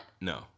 No